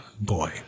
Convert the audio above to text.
Boy